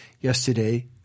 yesterday